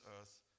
earth